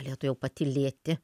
galėtų jau patylėti